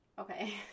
okay